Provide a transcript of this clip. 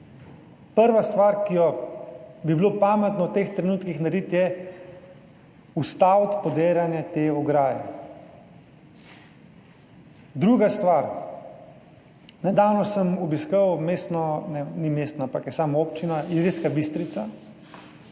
Prva stvar, ki jo bi bilo pametno v teh trenutkih narediti, je ustaviti podiranje te ograje. Druga stvar, nedavno sem obiskal mestno, ni mestno, ampak je samo občina Ilirska Bistrica.